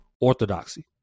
orthodoxy